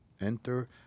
enter